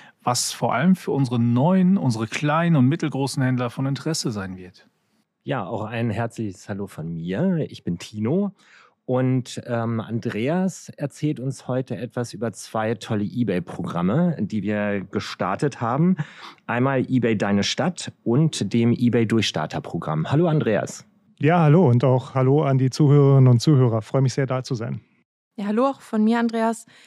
Was vor allem für unsere neuen, unsere kleinen und mittelgroßen Händler von Interesse sein wird. Ja, auch ein herzliches Hallo von mir. Ich bin Tino. Und, ähm, Andreas erzählt uns heute etwas über zwei tolle eBay-Programme, die wir gestartet haben. Einmal eBay Deine Stadt und dem eBay Durchstarter-Programm. Hallo, Andreas. Ja, hallo und auch hallo an die Zuhörerinnen und Zuhörer. Freue mich sehr, da zu sein. Ja, hallo auch von mir, Andreas.